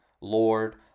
Lord